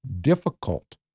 difficult